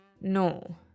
No